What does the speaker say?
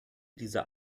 dieser